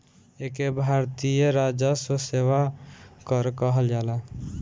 एके भारतीय राजस्व सेवा कर कहल जाला